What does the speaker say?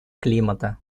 климата